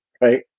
right